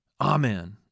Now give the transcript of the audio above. Amen